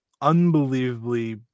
unbelievably